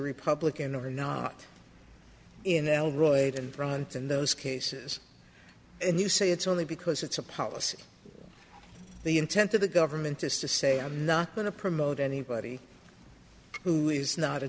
republican or not in the reut in front in those cases and you say it's only because it's a policy the intent of the government is to say i'm not going to promote anybody who is not a